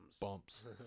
bumps